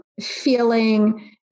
feeling